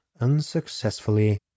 unsuccessfully